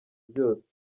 byose